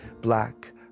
black